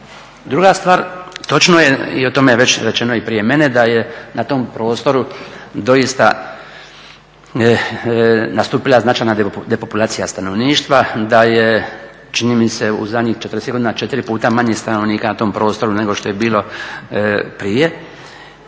Druga stvar, točno je i o tome je već rečeno i prije mene, da je na tom prostoru doista nastupila značajna depopulacija stanovništva, da je čini mi se u zadnjih 40 godina 4 puta manje stanovnika na tom prostoru nego što je bilo prije